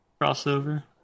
crossover